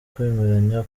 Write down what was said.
kwemeranya